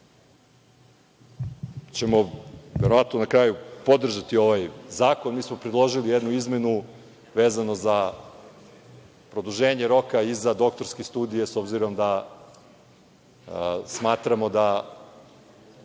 ćemo verovatno na kraju podržati ovaj zakon. Predložili smo jednu izmenu vezano za produženje roka za doktorske studije obzirom da smatramo da